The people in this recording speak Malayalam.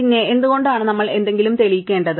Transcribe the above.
പിന്നെ എന്തുകൊണ്ടാണ് നമ്മൾ എന്തെങ്കിലും തെളിയിക്കേണ്ടത്